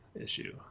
issue